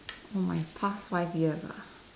oh my past five years ah